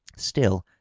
still,